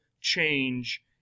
change